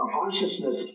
consciousness